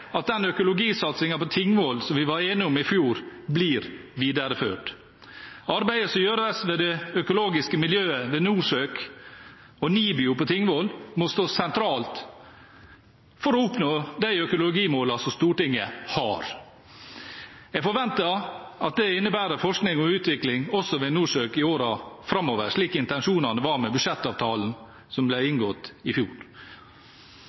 at den økologisatsingen på Tingvoll som vi var enige om i fjor, blir videreført. Arbeidet som gjøres ved miljøet ved NORSØK og NIBIO på Tingvoll, er helt sentralt for å oppnå de målene som vi har satt oss innenfor økologi. Jeg forventer at det innebærer forskning og utvikling ved NORSØK også i årene framover, slik intensjonen i budsjettavtalen i fjor